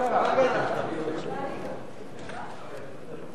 עיגול סכומים),